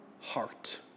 heart